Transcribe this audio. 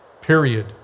period